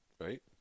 right